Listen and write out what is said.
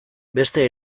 beste